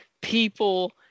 people